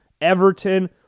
Everton